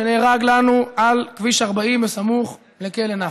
נהרג לנו על כביש 40 סמוך לכלא נפחא.